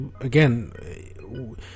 Again